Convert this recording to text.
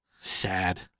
sad